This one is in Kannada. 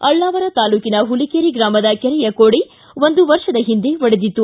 ಅಳ್ನಾವರ ತಾಲೂಕಿನ ಹುಲಿಕೆರೆ ಗ್ರಾಮದ ಕೆರೆಯ ಕೊಡಿ ಒಂದು ವರ್ಷದ ಹಿಂದೆ ಒಡೆದಿತ್ತು